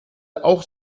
auch